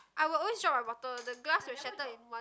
I will always drop my bottle the glass will shatter in one